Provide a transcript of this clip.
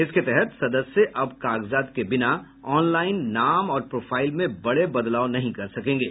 इसके तहत सदस्य अब कागजात के बिना ऑनलाईन नाम और प्रोफाइल में बड़े बदलाव नहीं कर सकेंगे